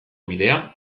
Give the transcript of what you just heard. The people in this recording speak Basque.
bidea